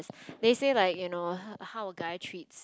they say like you know how how a guy treats